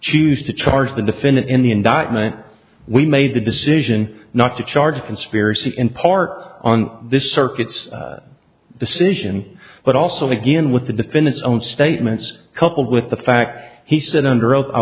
choose to charge the defendant in the indictment we made the decision not to charge conspiracy in part on this circuit's decision but also again with the defendant's own statements coupled with the fact he said under oath i